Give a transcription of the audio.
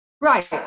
Right